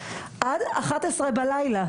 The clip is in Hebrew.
עד אחת עשרה בלילה.